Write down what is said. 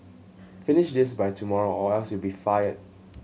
finish just by tomorrow or else you'll be fired